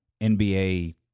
NBA